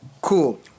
cool